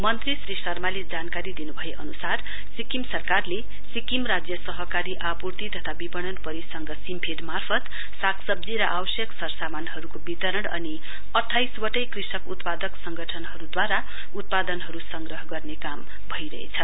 मन्त्री श्री शर्माले जानकारी दिनुभए अनुसार सिक्किम सरकारले सिक्किम राज्य सहकारी आपुर्ति तथा विपणन परिसंघ सिमफिट मार्फत सागसब्जी र आवश्यक सरसामानहरूको वितरण अनि अठाइसवटै कृषक उत्पादक संगठनहरूद्वारा उत्पादनहरू संग्रह गरिने काम भइरहेछ